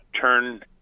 turn